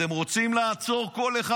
אתם רוצים לעצור כל אחד?